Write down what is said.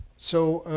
so